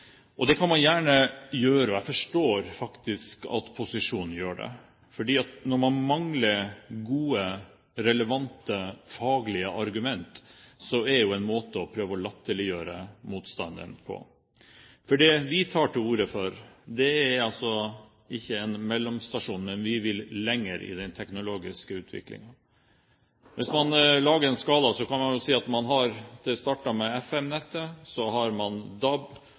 Det kan man gjerne gjøre. Og jeg forstår faktisk at posisjonen gjør det, for når man mangler gode, relevante, faglige argumenter, er jo dette en måte å prøve å latterliggjøre motstanderen på. For det vi tar til orde for, er ikke en mellomstasjon – vi vil lenger i den teknologiske utviklingen. Hvis man lager en skala, kan man si at det startet med FM-nettet, så har man DAB, og så har man